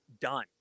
done